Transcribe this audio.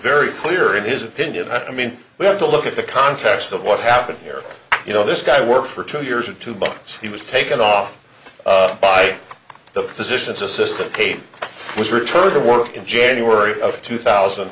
very clear in his opinion i mean we have to look at the context of what happened here you know this guy worked for two years or two but he was taken off by the physician's assistant kate was returned to work in january of two thousand